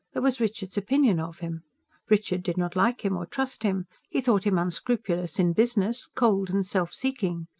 there was richard's opinion of him richard did not like him or trust him he thought him unscrupulous in business, cold and self-seeking.